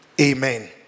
amen